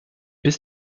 bis